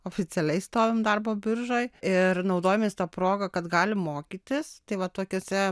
oficialiai stovim darbo biržoj ir naudojamės ta proga kad galim mokytis tai va tokiose